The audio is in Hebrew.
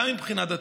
גם מבחינה דתית.